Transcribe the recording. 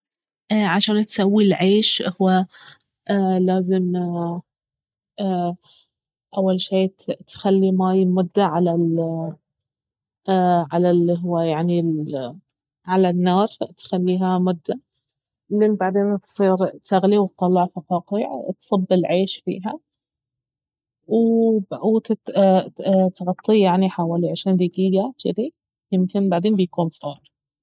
عشان تسوي العيش اهو لازم اول شي تخلي ماي لمدة على الي هو يعني النار تخليها مدة لين بعدين تصير تغلي وتطلع فقاقيع تصب العيش فيها وتغطيه يعني حوالي عشرين دقيقة جذي يمكن بعدين بيكون صار